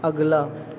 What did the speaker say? اگلا